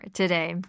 today